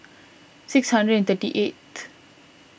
six hundred and thirty eight